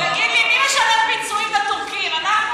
תגיד לי, מי משלם פיצויים לטורקים, אנחנו או אתם?